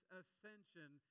ascension